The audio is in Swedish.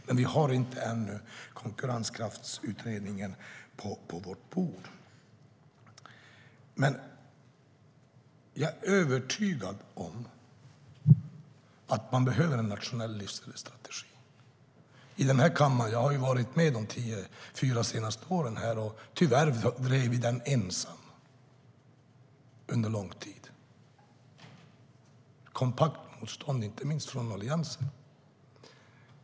Men vi har ännu inte Konkurrenskraftsutredningen på vårt bord. Jag är övertygad om att man behöver en nationell livsmedelsstrategi. Jag har varit med de fyra senaste åren här i kammaren, och tyvärr drev vi den frågan ensamma under lång tid. Det fanns ett kompakt motstånd inte minst från Alliansen.